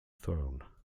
throne